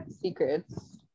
secrets